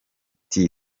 tea